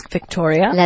Victoria